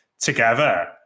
together